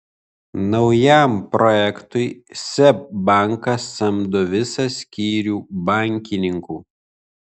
naujam projektui seb bankas samdo visą skyrių bankininkų